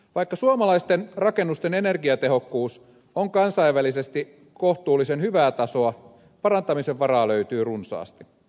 vaikka suomalaisten rakennusten energiatehokkuus on kansainvälisesti kohtuullisen hyvää tasoa parantamisen varaa löytyy runsaasti